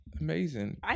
amazing